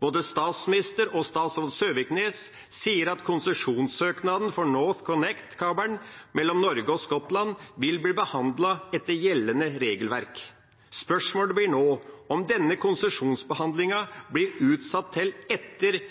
Både statsministeren og statsråd Søviknes sier at konsesjonssøknaden for NorthConnect-kabelen mellom Norge og Skottland vil bli behandlet etter gjeldende regelverk. Spørsmålet blir nå om denne konsesjonsbehandlingen blir utsatt til etter